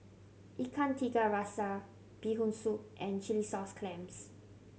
Ikan Tiga Rasa Bee Hoon Soup and chilli sauce clams